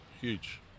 Huge